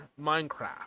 Minecraft